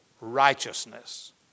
righteousness